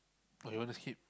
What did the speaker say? or you wanna skip